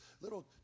little